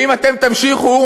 ואם אתם תמשיכו,